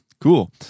cool